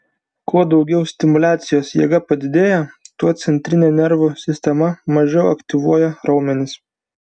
kuo daugiau stimuliacijos jėga padidėja tuo centrinė nervų sistema mažiau aktyvuoja raumenis